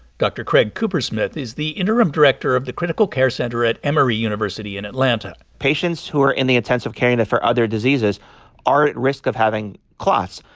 dr. craig coopersmith is the interim director of the critical care center at emory university in atlanta patients who are in the intensive care unit for other diseases are at risk of having clots,